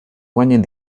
guanyen